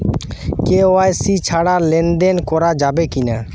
KYC ছাড়া লেনদেন করা যাবে কিনা?